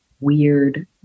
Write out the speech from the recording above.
weird